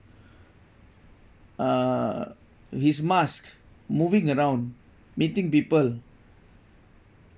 uh his mask moving around meeting people